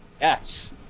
Yes